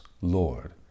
Lord